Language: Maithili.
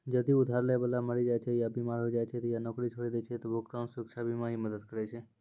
जदि उधार लै बाला मरि जाय छै या बीमार होय जाय छै या नौकरी छोड़ि दै छै त भुगतान सुरक्षा बीमा ही मदद करै छै